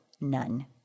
none